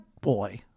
boy